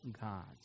gods